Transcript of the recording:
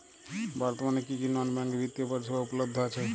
বর্তমানে কী কী নন ব্যাঙ্ক বিত্তীয় পরিষেবা উপলব্ধ আছে?